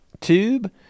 tube